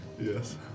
Yes